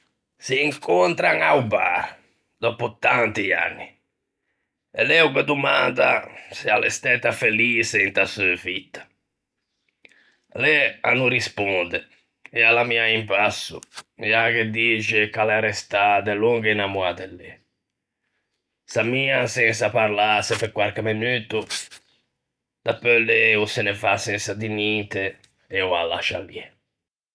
S'incontran a-o bar, dòppo tanti anni, e lê o ghe domanda se a l'é stæta feliçe inta seu vitta; lê a no risponde e a l'ammia in basso e a ghe dixe che a l'é restâ delongo innamoâ de lê; s'ammian sensa parlâse pe quarche menuto, dapeu lê o se ne va sensa dî ninte e o â lascia lì.